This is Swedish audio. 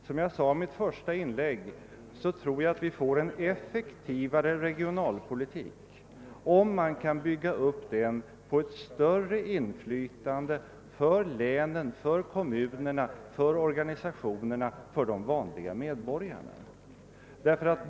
Som jag sade i mitt första inlägg tror jag att vi får en effektivare regionalpolitik om vi kan bygga den på ett större inflytande för länen, för kommunerna, för organisationerna, för de vanliga medborgarna.